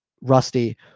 Rusty